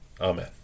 Amen